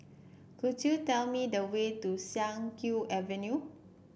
could you tell me the way to Siak Kew Avenue